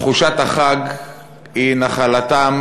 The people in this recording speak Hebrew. תחושת החג היא נחלתם,